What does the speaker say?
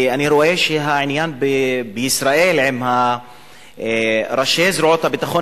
אני רואה שהעניין בישראל עם ראשי זרועות הביטחון,